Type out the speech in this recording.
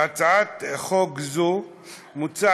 בהצעת חוק זו מוצע